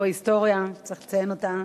יש פה היסטוריה שצריך לציין אותה,